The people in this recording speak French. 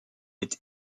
est